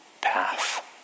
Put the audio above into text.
path